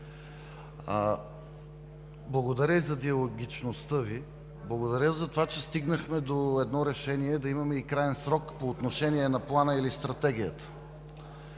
Благодаря и за диалогичността Ви, благодаря за това, че стигнахме до решение да имаме и краен срок по отношение на плана или стратегията.